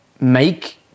make